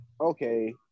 okay